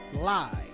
Lie